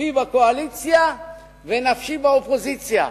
גופי בקואליציה ונפשי באופוזיציה.